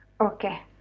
Okay